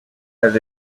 has